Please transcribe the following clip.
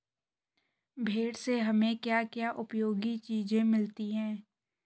भेड़ से हमें क्या क्या उपयोगी चीजें मिलती हैं?